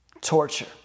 torture